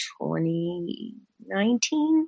2019